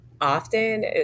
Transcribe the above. often